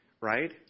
right